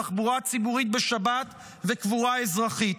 תחבורה ציבורית בשבת וקבורה אזרחית.